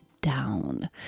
down